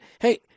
Hey